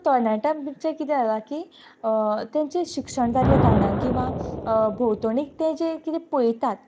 तरणाट्या भितर किदें जालां की तेंचे शिक्षण जाल्ल्या कारणान किंवां भोंवतणी तें जें किदें पळयतात